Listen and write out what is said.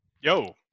Yo